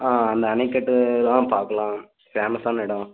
ஆ அந்த அணைக்கட்டு இதெலாம் பார்க்கலாம் ஃபேமஸான இடம்